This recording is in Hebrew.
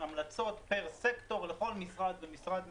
הפרקים בנויים עם המלצות פר סקטור לכל משרד ומשרד ממשלתי,